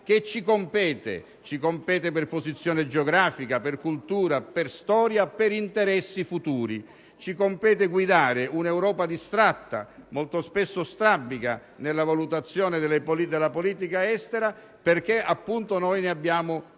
ci compete per posizione geografica, per cultura, per storia e per interessi futuri. Ci compete guidare un'Europa distratta, molto spesso strabica nella valutazione della politica estera, perché noi ne abbiamo tutti